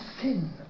sin